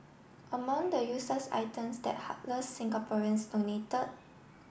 among the useless items that heartless Singaporeans donated